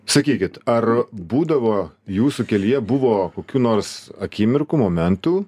sakykit ar būdavo jūsų kelyje buvo kokių nors akimirkų momentų